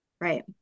Right